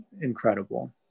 incredible